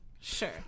Sure